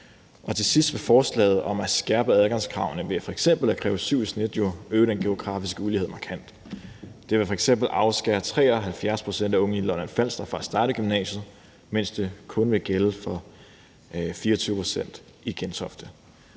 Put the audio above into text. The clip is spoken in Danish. Til sidst vil forslaget om at skærpe adgangskravene ved f.eks. at kræve 7 i snit jo øge den geografiske ulighed markant. Det vil f.eks. afskære 73 pct. af de unge på Lolland-Falster fra at starte i gymnasiet, mens det kun vil gælde for 24 pct. i Gentofte.